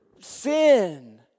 sin